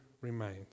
remains